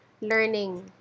learning